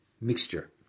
Mixture